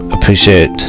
appreciate